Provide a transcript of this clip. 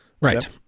right